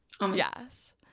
yes